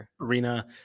Arena